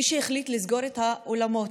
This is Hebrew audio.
מי שהחליט לסגור את האולמות,